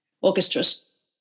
orchestras